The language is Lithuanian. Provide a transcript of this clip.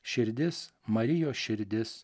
širdis marijos širdis